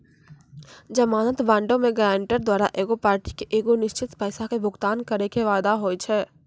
जमानत बांडो मे गायरंटर द्वारा एगो पार्टी के एगो निश्चित पैसा के भुगतान करै के वादा होय छै